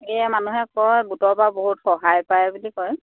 এই মানুহে কয় গোটৰ পৰা বহুত সহায় পায় বুলি কয়